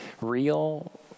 real